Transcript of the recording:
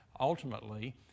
ultimately